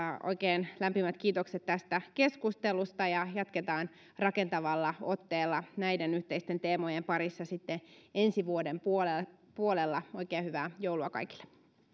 oikein lämpimät kiitokset tästä keskustelusta jatketaan rakentavalla otteella näiden yhteisten teemojen parissa sitten ensi vuoden puolella puolella oikein hyvää joulua kaikille